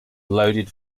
loaded